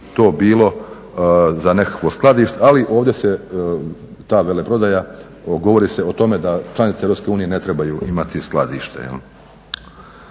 to bilo za nekakvo skladište, ali ovdje se ta veleprodaja, govori se o tome da članice Europske unije ne trebaju imati skladište.